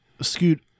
Scoot